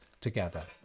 together